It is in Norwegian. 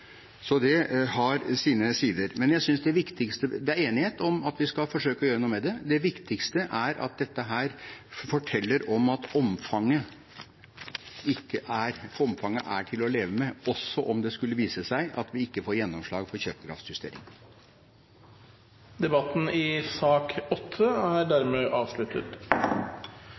Så det har sine sider. Det er enighet om at vi skal forsøke å gjøre noe med det, men det viktigste er at dette forteller at omfanget er til å leve med, også om det skulle vise seg at vi ikke får gjennomslag for kjøpekraftjustering. Flere har ikke bedt om ordet til sak